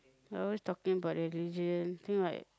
always talking about religion think what